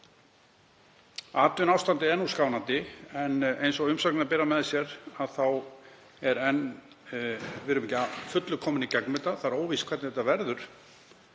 atvinnuástandið sé nú skánandi en eins og umsagnirnar bera með sér þá erum við ekki að fullu komin í gegnum þetta. Það er óvíst hvernig þetta verður.